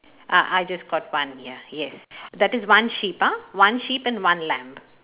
ah I just got one ya yes that is one sheep ah one sheep and one lamb